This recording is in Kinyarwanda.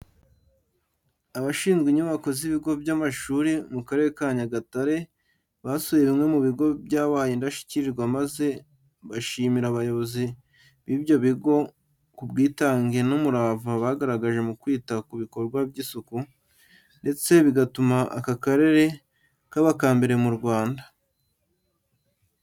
Abashinzwe inyubako z'ibigo by'amashuri mu Karere ka Nyagatare, basuye bimwe mu bigo byabaye indashyikirwa maze bashimira abayobozi b'ibyo bigo ku bwitange n'umurava bagaragaje mu kwita ku bikorwa by'isuku ndetse bigatuma aka karere kaba akambere mu Rwanda.